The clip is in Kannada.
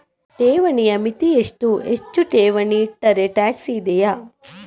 ಠೇವಣಿಯ ಮಿತಿ ಎಷ್ಟು, ಹೆಚ್ಚು ಠೇವಣಿ ಇಟ್ಟರೆ ಟ್ಯಾಕ್ಸ್ ಇದೆಯಾ?